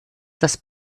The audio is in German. das